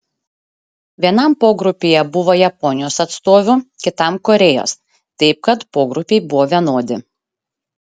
vienam pogrupyje buvo japonijos atstovių kitam korėjos taip kad pogrupiai buvo vienodi